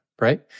right